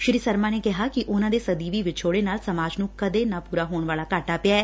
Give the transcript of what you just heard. ਸ੍ਰੀ ਸ਼ਰਮਾ ਨੇ ਕਿਹਾ ਕਿ ਉਨਾ ਦੇ ਸਦੀਵੀ ਵਿਛੋੜੇ ਨਾਲ ਸਮਾਜ ਨੂੰ ਕਦੇ ਨਾਲ ਪੂਰਾ ਹੋਣ ਵਾਲਾ ਘਾਟਾ ਪਿਆ